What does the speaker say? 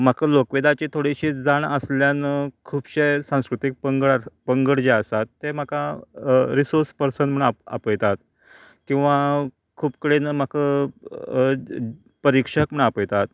म्हाका लोकवेदाची थोडिशी जाण आशिल्ल्यान खुबशे सांस्कृतीक पंगड आसा पंगड जे आसात ते म्हाका रिसोस पर्सन म्हूण आपा आपयतात किंवां खूब कडेन परिक्षक म्हूण आपयतात